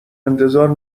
انتظار